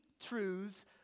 truths